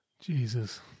jesus